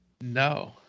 No